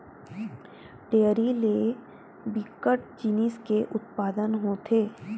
dairy ले बिकट जिनिस के उत्पादन होथे